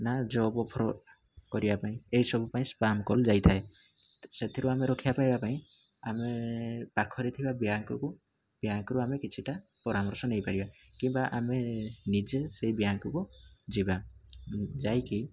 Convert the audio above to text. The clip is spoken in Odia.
ନା ଜବ୍ ଅଫର୍ କରିବା ପାଇଁ ଏହି ସବୁ ପାଇଁ ସ୍ପାମ୍ କଲ୍ ଯାଇଥାଏ ସେଥିରୁ ଆମେ ରକ୍ଷା ପାଇବା ପାଇଁ ଆମେ ପାଖରେ ଥିବା ବ୍ୟାଙ୍କ୍ କୁ ବ୍ୟାଙ୍କ୍ ରୁ ଆମେ କିଛିଟା ପରମର୍ଶ ନେଇପାରିବା କିମ୍ବା ଆମେ ନିଜେ ସେଇ ବ୍ୟାଙ୍କ୍ କୁ ଯିବା ଯାଇକି